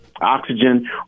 oxygen